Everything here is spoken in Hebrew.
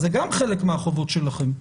גם זה חלק מהחובות שלכם.